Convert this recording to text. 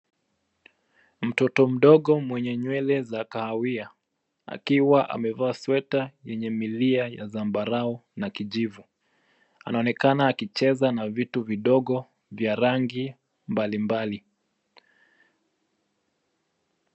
Mtoto mdogo mwenye nywele za kahawia akiwa amevaa sweta yenye milia ya zambarau na kijivu. Anaonekana akicheza na vitu vidogo vya rangi mbalimbali.